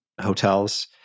hotels